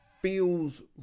feels